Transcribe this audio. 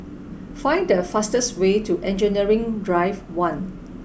find the fastest way to Engineering Drive one